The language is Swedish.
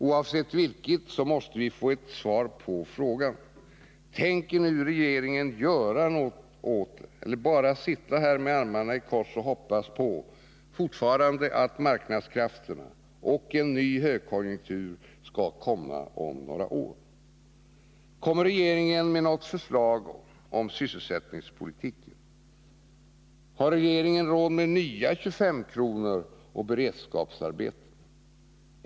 Oavsett vilket, måste vi få ett svar på frågan — tänker regeringen göra något åt det eller bara sitta med armarna i kors och hoppas på marknadskrafterna och en ny högkonjunktur om några år? Kommer regeringen med något förslag om sysselsättningspolitiken? Har regeringen råd med nya 25-kronor och beredskapsarbeten?